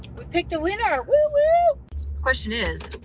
we picked a winner. question is,